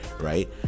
right